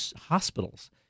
hospitals